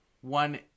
one